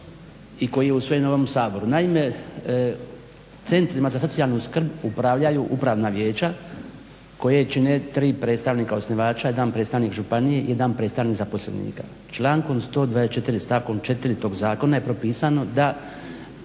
i koji je usvojen u ovom Saboru. Naime, centrima za socijalnu skrb upravljaju upravna vijeća koja čine 3 predstavnika osnivača i 1 predstavnik županije i 1 predstavnik zaposlenika. Člankom 120. stavkom 4. tog zakona je propisano da